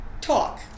talk